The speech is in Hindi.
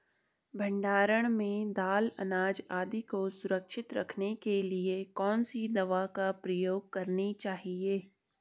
भण्डारण में दाल अनाज आदि को सुरक्षित रखने के लिए कौन सी दवा प्रयोग करनी चाहिए?